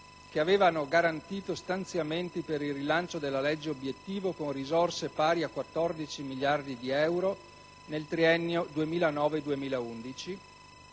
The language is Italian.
che aveva garantito stanziamenti per il rilancio della legge obiettivo con risorse pari a 14 miliardi di euro nel triennio 2009-2011